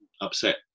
upset